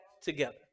together